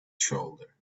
shoulder